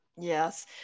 yes